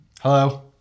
Hello